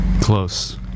Close